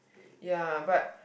ya but